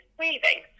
weaving